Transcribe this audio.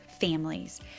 families